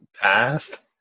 path